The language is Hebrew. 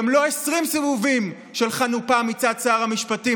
גם לא 20 סיבובים של חנופה מצד שר המשפטים